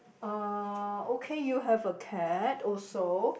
uh okay you have a cat also